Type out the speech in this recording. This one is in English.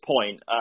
point